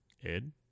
Ed